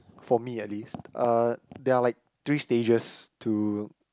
for me at least uh there are like three stages to